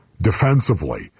defensively